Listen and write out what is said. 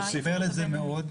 אני מתחבר לזה מאוד.